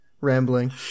rambling